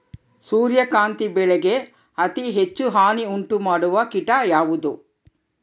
ಸೂರ್ಯಕಾಂತಿ ಬೆಳೆಗೆ ಅತೇ ಹೆಚ್ಚು ಹಾನಿ ಉಂಟು ಮಾಡುವ ಕೇಟ ಯಾವುದು?